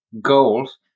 goals